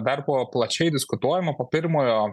dar po plačiai diskutuojamo po pirmojo